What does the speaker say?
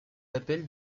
d’appel